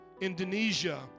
Indonesia